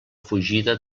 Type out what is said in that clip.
fugida